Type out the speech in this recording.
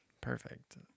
Perfect